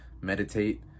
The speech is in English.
meditate